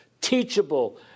teachable